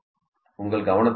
உங்கள் கவனத்திற்கு நன்றி